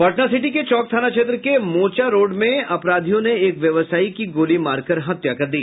Patna city के चौक थाना क्षेत्र के मोर्चा रोड में अपराधियों ने एक व्यावसायी की गोली माकरक हत्या कर दी